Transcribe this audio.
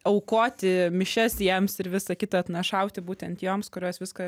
aukoti mišias jiems ir visa kita atnašauti būtent joms kurios viską